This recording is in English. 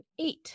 eight